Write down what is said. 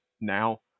now